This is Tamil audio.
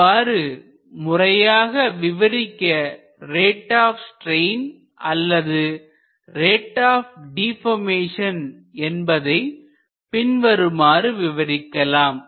அவ்வாறு முறையாக விவரிக்க ரேட் ஆப் ஸ்ரெயின் அல்லது ரேட் ஆப் டிபர்மேசன் என்பதை பின்வருமாறு விவரிக்கலாம்